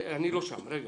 טוב.